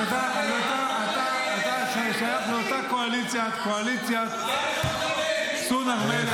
אתה שייך לאותה קואליציה, קואליציית סון הר מלך.